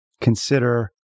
consider